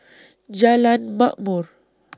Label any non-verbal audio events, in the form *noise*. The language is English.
Jalan Ma'mor *noise*